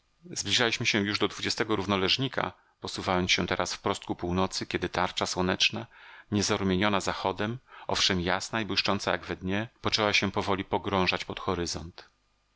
zbliżaliśmy się już do dwudziestego równoleżnika posuwając się teraz wprost ku północy kiedy tarcza słoneczna niezarumieniona zachodem owszem jasna i błyszcząca jak we dnie poczęła się powoli pogrążać pod horyzont